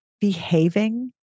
behaving